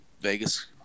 Vegas